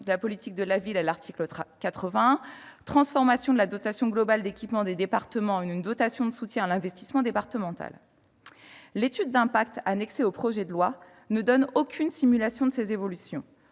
politique de la ville, à l'article 81, transformation de la dotation globale d'équipement des départements en une dotation de soutien à l'investissement départemental. L'étude d'impact annexée au projet de loi ne donne aucune simulation de ces évolutions.